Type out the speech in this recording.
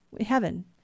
heaven